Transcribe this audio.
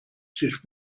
sich